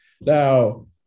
Now